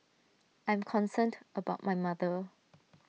I'm concerned about my mother